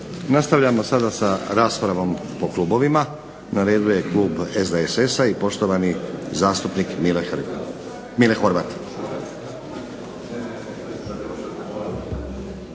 Nastavljamo sada sa raspravom po klubovima. Na redu je klub SDSS-a i poštovani zastupnik Mile Horvat.